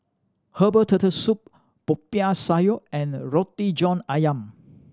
herbal Turtle Soup Popiah Sayur and Roti John Ayam